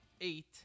eight